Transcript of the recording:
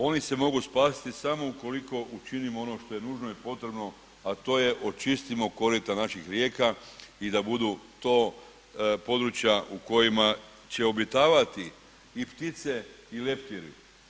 Oni se mogu spasiti samo ukoliko učinimo ono što je nužno i potrebno a to je očistimo korita naših rijeka i da budu to područja u kojima će obitavati i ptice i leptiri.